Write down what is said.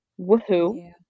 Woohoo